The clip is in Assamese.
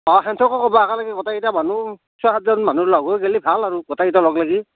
অ সিহঁতকো ক'বা একেলগে গোটেইকেইটা মানুহ ছয় সাতজন মানুহ লগ হৈ গেলি ভাল আৰু গোটেইকেইটা লগলাগি